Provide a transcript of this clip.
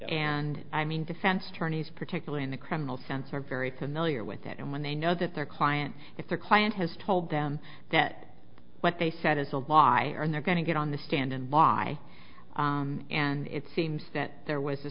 and i mean defense attorneys particularly in the criminal sense are very familiar with that and when they know that their client if their client has told them that what they said is a lawyer and they're going to get on the stand and by and it seems that there was a